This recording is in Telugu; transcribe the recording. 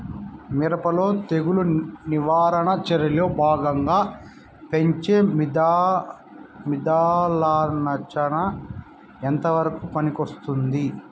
మిరప లో తెగులు నివారణ చర్యల్లో భాగంగా పెంచే మిథలానచ ఎంతవరకు పనికొస్తుంది?